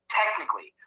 technically